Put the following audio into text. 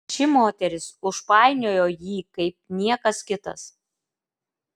ši moteris užpainiojo jį kaip niekas kitas